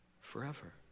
forever